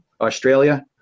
Australia